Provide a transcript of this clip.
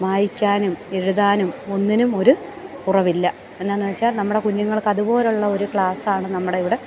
വായിക്കാനും എഴുതാനും ഒന്നിനുമൊരു കുറവില്ല എന്നാന്നു വെച്ചാൽ നമ്മുടെ കുഞ്ഞുങ്ങൾക്ക് അത് പോലുള്ള ഒരു ക്ലാസ് ആണ് നമ്മുടെ ഇവിടെ